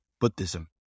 Buddhism